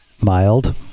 Mild